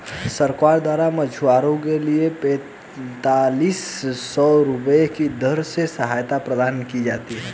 सरकार द्वारा मछुआरों के लिए पेंतालिस सौ रुपये की दर से सहायता प्रदान की जाती है